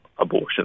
abortion